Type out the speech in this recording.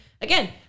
Again